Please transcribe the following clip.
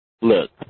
Look